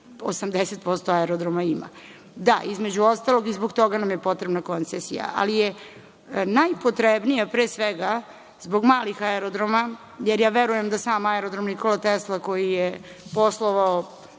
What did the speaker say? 80% aerodroma ima. Da, između ostalog, i zbog toga nam je potrebna koncesija. Ali, najpotrebnija je pre svega zbog malih aerodroma jer ja verujem da sam aerodrom „Nikola Tesla“, koji je poslovao